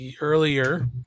earlier